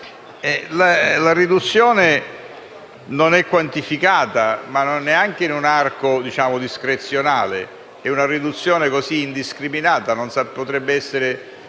la riduzione non è quantificata, neanche in un arco discrezionale. È una riduzione indiscriminata, che potrebbe andare